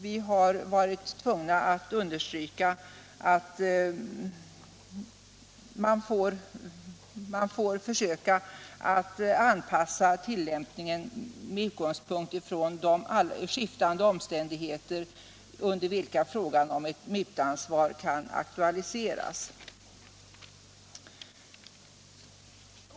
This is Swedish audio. Vi har varit tvungna att understryka att man får försöka anpassa tillämpningen med utgångs punkt i de skiftande omständigheter under vilka frågan om ett mutansvar kan aktualiseras.